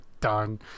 done